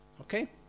Okay